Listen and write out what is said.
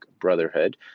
Brotherhood